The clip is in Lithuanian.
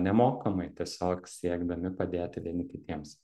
nemokamai tiesiog siekdami padėti vieni kitiems